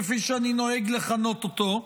כפי שאני נוהג לכנות אותו,